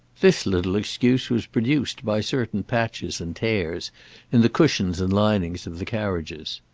this little excuse was produced by certain patches and tears in the cushions and linings of the carriages.